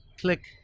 Click